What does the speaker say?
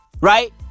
right